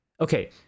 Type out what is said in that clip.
Okay